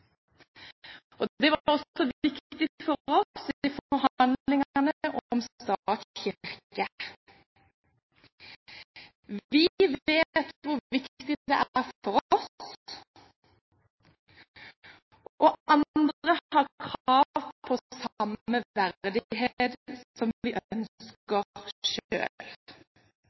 Det var også viktig for oss i forhandlingene om stat–kirke. Vi vet hvor viktig det er for oss, og andre har krav på samme verdighet som vi ønsker